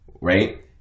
right